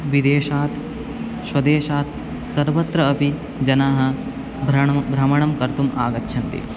विदेशात् स्वदेशात् सर्वत्र अपि जनाः भ्रमणं भ्रमणं कर्तुम् आगच्छन्ति